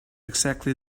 exactly